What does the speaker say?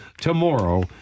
tomorrow